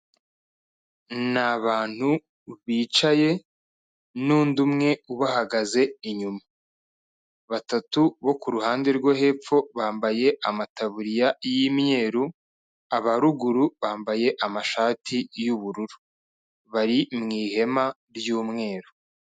Ni abantu bicaye n'undi umwe ubahagaze inyuma. Batatu bo ku ruhande rwo hepfo bambaye amataburiya y'imyeru, aba ruguru bambaye amashati y'ubururu. Bari mu ihema ry'umweru.